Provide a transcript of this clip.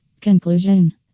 Conclusion